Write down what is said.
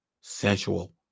sensual